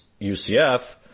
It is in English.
UCF